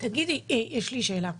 יש לי שאלה.